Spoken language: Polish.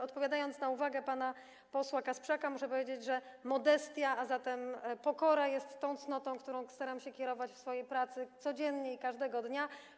Odpowiadając na uwagę pana posła Kasprzaka, muszę powiedzieć, że modestia, a zatem pokora, jest tą cnotą, którą staram się kierować w swojej pracy codziennie i każdego dnia.